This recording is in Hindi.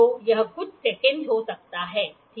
तो यह कुछ सेकंडस हो सकता है ठीक है